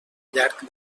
llarg